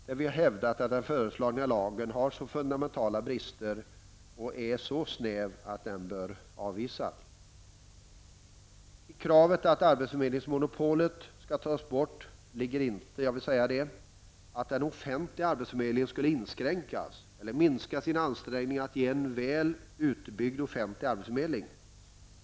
Där har vi hävdat att den föreslagna lagen har så fundamentala brister och är så snäv att den bör avvisas. I kravet att arbetsförmedlingsmonopolet skall tas bort ligger inte att den offentliga arbetsförmedlingen skall inskränkas eller minska sina ansträngningar att ge en väl utbyggd offentlig arbetsförmedling.